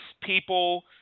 people –